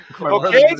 okay